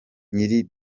nyiri